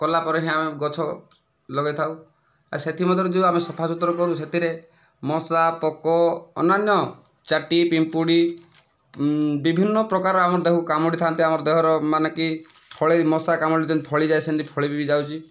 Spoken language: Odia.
କଲାପରେ ହିଁ ଆମେ ଗଛ ଲଗେଇଥାଉ ଆଉ ସେଥିମଧ୍ୟରେ ଯେଉଁ ଆମେ ସଫା ସୁତୁରା କରୁ ସେଥିରେ ମଶା ପୋକ ଅନ୍ୟାନ୍ୟ ଚାଟି ପିମ୍ପୁଡ଼ି ବିଭିନ୍ନ ପ୍ରକାର ଆମର ତାଙ୍କୁ କାମୁଡ଼ିଥାନ୍ତି ଆମର ଦେହର ମାନେକି ଫଳି ମଶା କାମୁଡ଼ିଲେ ଯେମିତି ଫଳି ଯାଏ ସେମିତି ଫଳି ବି ଯାଉଛି